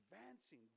advancing